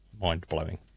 mind-blowing